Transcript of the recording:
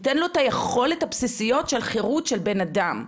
ייתן לו את היכולות הבסיסיות של חירות של בן אדם,